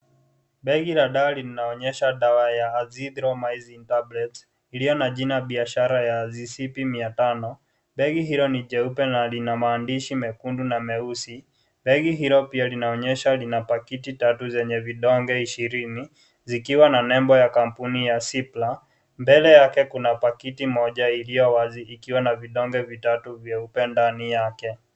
Begi la dawa linaonyesha dawa ya azithromycin tablets iliyo na dawa ya azicip-500. Begi hilo ni jeupe na lina maandishi mekundu na meusi. Begi hilo pia linaonyesha lina pakiti tatu zenye vidonge ishirini zikiwa na nembo ya kampuni ya cipla. Mbele yake kuna pakiyi iliyo wazi ikiwa na vidonge vitatu vyeupe ndani yake.